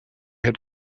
had